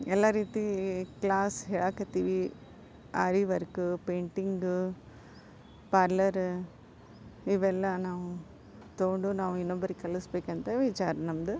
ಎಲ್ಲಾ ರೀತಿ ಕ್ಲಾಸ್ ಹೇಳಕತ್ತೀವಿ ಆರಿ ವರ್ಕ್ ಪೇಂಟಿಂಗ್ ಪಾರ್ಲರ್ ಇವೆಲ್ಲ ನಾವು ತೊಗೊಂಡು ನಾವು ಇನ್ನೊಬ್ರಿಗೆ ಕಲಿಸಬೇಕಂತ ವಿಚಾರ ನಮ್ದು